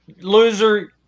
loser